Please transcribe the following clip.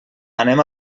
anem